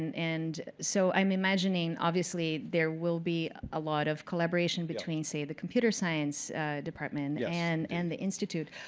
and so i'm imagining, obviously, there will be a lot of collaboration between, say, the computer science department and and the institute.